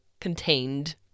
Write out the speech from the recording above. contained